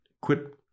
quit